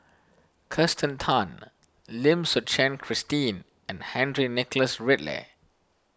Kirsten Tan Lim Suchen Christine and Henry Nicholas Ridley